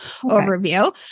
overview